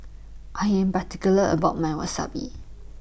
I Am particular about My Wasabi